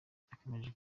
cyakomeje